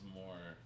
more